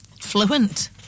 fluent